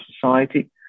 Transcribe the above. society